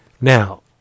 Now